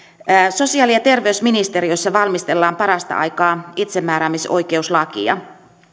sosiaali ja terveysministeriössä valmistellaan parasta aikaa itsemääräämisoikeuslakia